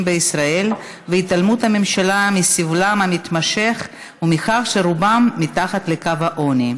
בישראל והתעלמות הממשלה מסבלם המתמשך ומכך שרובם מתחת לקו העוני,